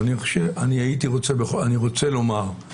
אבל